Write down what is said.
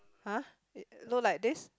!huh! it look like this